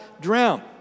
drown